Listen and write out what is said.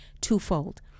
twofold